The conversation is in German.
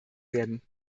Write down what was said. werden